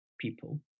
people